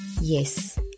Yes